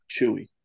chewy